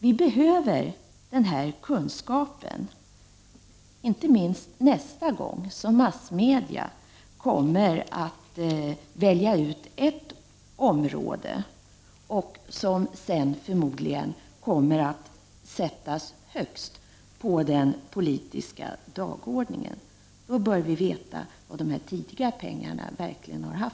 Vi behöver den kunskapen, inte minst nästa gång massmedia väljer ut ett område som sedan för modligen sätts högst på den politiska dagordningen. Då bör vi veta vilket — Prot. 1989/90:32 resultat de pengar som har använts tidigare har gett.